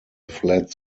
fled